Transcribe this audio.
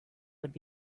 would